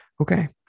Okay